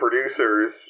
producers